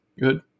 good